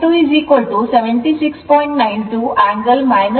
ಈಗ V2 76